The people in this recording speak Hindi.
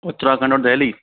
उत्तराखंड और देल्ही